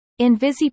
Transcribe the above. Invisi